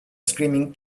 screaming